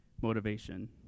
motivation